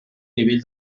nivell